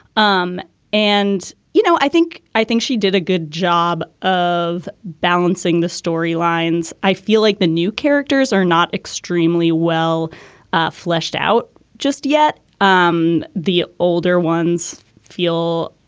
um and, you know, i think i think she did a good job of balancing the storylines. i feel like the new characters are not extremely well fleshed out just yet. um the older ones feel,